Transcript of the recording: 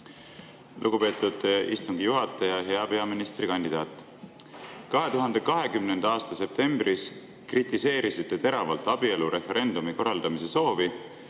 Lugupeetud istungi juhataja! Hea peaministrikandidaat! 2020. aasta septembris te kritiseerisite teravalt abielureferendumi korraldamise soovi,